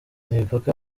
imipaka